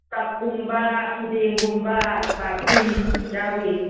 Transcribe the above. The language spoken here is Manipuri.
ꯇꯞꯀꯨꯝꯕ ꯈꯨꯗꯦꯡꯒꯨꯝꯕ ꯕꯥꯜꯇꯤꯟ ꯌꯥꯎꯏ